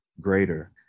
greater